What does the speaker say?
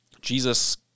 Jesus